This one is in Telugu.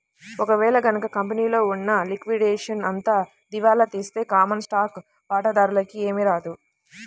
ఒక వేళ గనక కంపెనీలో ఉన్న లిక్విడేషన్ అంతా దివాలా తీస్తే కామన్ స్టాక్ వాటాదారులకి ఏమీ రాదు